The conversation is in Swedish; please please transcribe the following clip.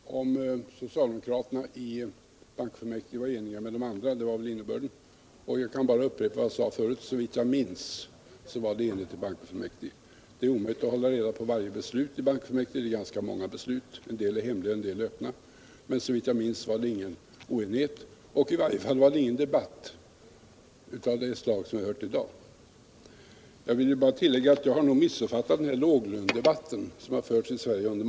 Herr talman! Jag blev tillfrågad om socialdemokraterna i bankofullmäktige var ense med de andra — det var väl innebörden i frågan. Jag kan bara upprepa vad jag sade förut: Såvitt jag minns var bankofullmäktige eniga. Det är omöjligt att hålla reda på varje beslut i bankofullmäktige. Det fattas ganska många beslut: en del är hemliga, en del är öppna. Men såvitt jag minns var det ingen oenighet om detta, och i varje fall var det ingen debatt av det slag som vi har hört i dag. Jag vill bara tillägga att jag nog missuppfattat den låglönedebatt som under många år förts i Sverige.